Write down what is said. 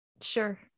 sure